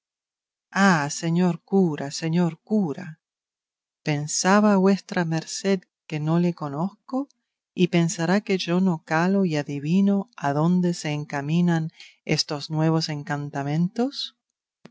ah señor cura señor cura pensaba vuestra merced que no le conozco y pensará que yo no calo y adivino adónde se encaminan estos nuevos encantamentos